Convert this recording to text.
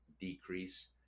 decrease